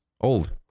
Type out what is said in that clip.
old